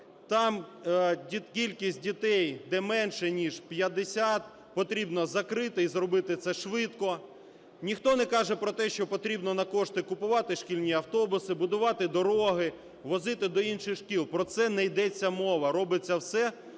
там кількість дітей, де менше ніж 50, потрібно закрити і зробити це швидко. Ніхто не каже про те, що потрібно на кошти купувати шкільні автобуси, будувати дороги, возити до інших шкіл. Про це не йдеться мова, робиться все,